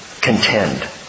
contend